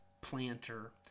planter